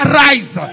rise